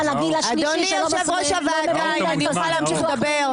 אדוני יושב ראש הוועדה, אני רוצה להמשיך לדבר.